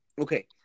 okay